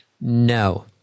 No